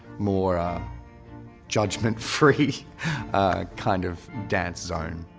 more judgment-free kind of dance zone.